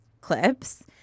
clips